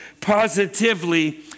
Positively